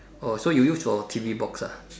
oh so you use your T_V box ah